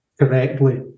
correctly